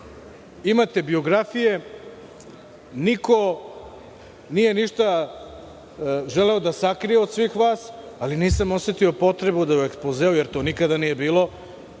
Imate biografije, niko nije ništa želeo da sakrije od svih vas, ali nisam osetio potrebu da u ekspozeu, jer to nikada nije bilo,